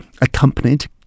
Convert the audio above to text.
accompanied